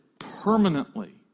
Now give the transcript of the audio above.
permanently